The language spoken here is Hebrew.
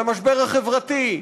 על המשבר החברתי,